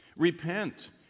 repent